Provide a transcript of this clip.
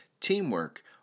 Teamwork